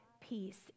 peace